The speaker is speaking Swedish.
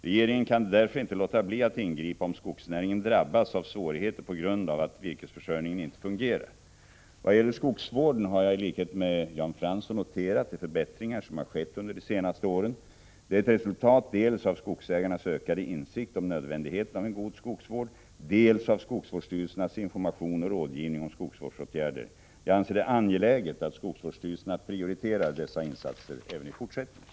Regeringen kan därför inte låta bli att ingripa om skogsnäringen drabbas av svårigheter på grund av att virkesförsörjningen inte fungerar. Vad gäller skogsvården har jag i likhet med Jan Fransson noterat de förbättringar som har skett under de senaste åren. Det är ett resultat dels av skogsägarnas ökade insikt om nödvändigheten av en god skogsvård, dels av skogsvårdsstyrelsernas information och rådgivning om skogsvårdsåtgärder, Jag anser det angeläget att skogsvårdsstyrelserna prioriterar dessa insatser även i fortsättningen.